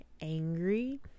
angry